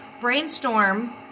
Brainstorm